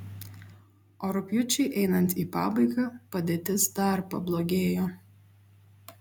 o rugpjūčiui einant į pabaigą padėtis dar pablogėjo